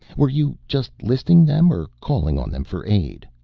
were you just listing them or calling on them for aid?